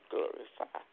Glorify